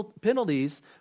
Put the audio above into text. penalties